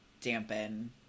dampen